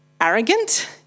arrogant